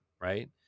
Right